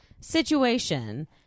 situation